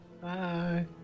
Bye